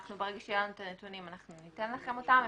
ברגע שיהיו לנו את הנתונים אנחנו נמסור לכם אותם.